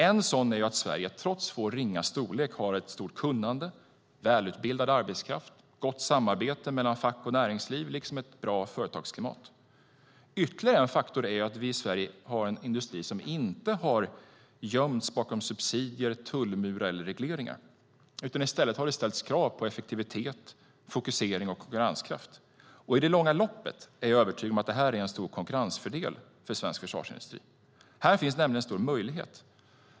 En sådan är att Sverige trots sin ringa storlek har ett stort kunnande, välutbildad arbetskraft, gott samarbete mellan fack och näringsliv liksom ett bra företagsklimat. Ytterligare en faktor är att vi i Sverige har en industri som inte har gömts bakom subsidier, tullmurar eller regleringar. I stället har det ställts krav på effektivitet, fokusering och konkurrenskraft. I det långa loppet är jag övertygad om att det här är en stor konkurrensfördel för svensk försvarsindustri. Här finns nämligen en stor möjlighet.